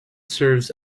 serves